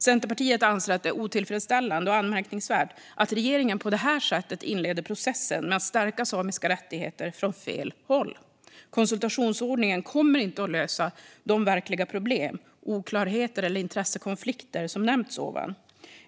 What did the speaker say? Centerpartiet anser att det är otillfredsställande och anmärkningsvärt att regeringen på det här sättet inleder processen med att stärka samernas rättigheter från fel håll. Konsultationsordningen kommer inte att lösa de verkliga problem, oklarheter eller intressekonflikter som nämnts ovan.